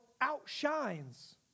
outshines